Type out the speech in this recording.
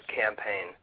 campaign